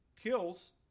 kills